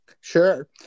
sure